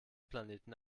planeten